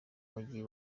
mujyi